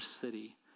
city